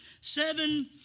seven